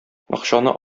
акчаны